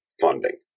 funding